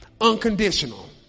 unconditional